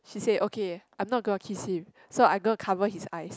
she said okay I'm not gonna kiss him so I'm gonna cover his eyes